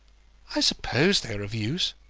i suppose they are of use.